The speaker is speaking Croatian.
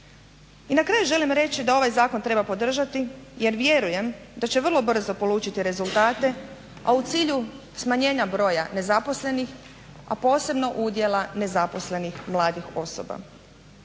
I na kraju želim reći da ovaj zakon treba podržati jer vjerujem da će vrlo brzo polučiti rezultate, a u cilju smanjenja broja nezaposlenih a posebno udjela nezaposlenih mladih osoba.